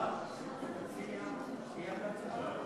תציע לדחות את ההצבעה.